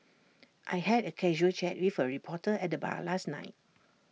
I had A casual chat with A reporter at the bar last night